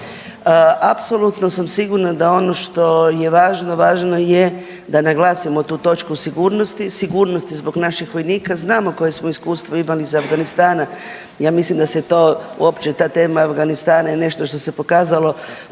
Apsolutno sam sigurna da ono što je važno, važno je da naglasimo tu točku sigurnosti, sigurnosti zbog naših vojnika, znamo koje smo iskustvo imali iz Afganistana, ja mislim da se to, uopće ta tema Afganistana je nešto što se pokazalo